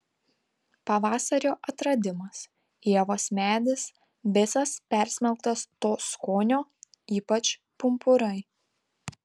pavasario atradimas ievos medis visas persmelktas to skonio ypač pumpurai